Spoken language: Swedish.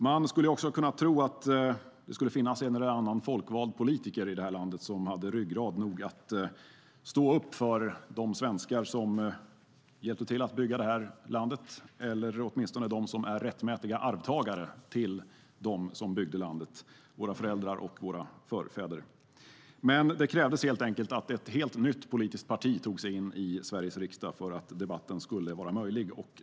Man hade kunnat tro att det skulle finnas en eller annan folkvald politiker i det här landet som hade ryggrad nog att stå upp för de svenskar som hjälpte till att bygga landet eller åtminstone för dem som är rättmätiga arvtagare till dem som byggde landet - våra föräldrar och förfäder. Men det krävdes att ett helt nytt politiskt parti tog sig in i Sveriges riksdag för att debatten skulle vara möjlig.